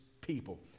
people